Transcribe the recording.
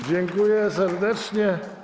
Dziękuję serdecznie.